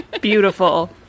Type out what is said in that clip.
beautiful